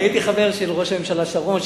אני הייתי חבר של ראש הממשלה שרון,